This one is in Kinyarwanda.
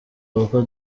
kuko